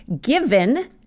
given